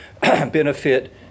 benefit